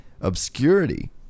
obscurity